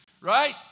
right